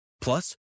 Plus